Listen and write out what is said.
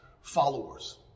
followers